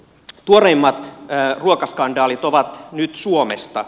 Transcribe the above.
tuoreimmat ruokaskandaalit ovat nyt suomesta